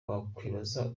wakwibaza